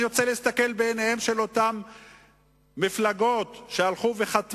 אני רוצה להסתכל בעיניהן של אותן מפלגות שחתמו.